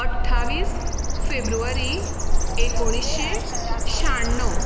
अठ्ठावीस फेब्रुवारी एकोणिश्शे श्याण्णव